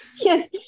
yes